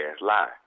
lie